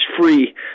free